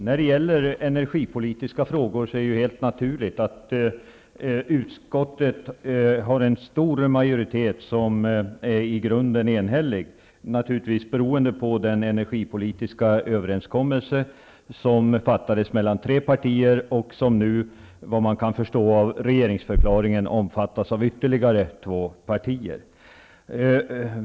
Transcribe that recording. När det gäller energipolitiska frågor är det helt naturligt att utskottet har en stor majoritet som är i grunden enig, naturligtvis beroende på den energipolitiska överenskommelse som träffades mellan tre partier och som nu, enligt vad man kan förstå av regeringsförklaringen, omfattas av ytterligare två partier.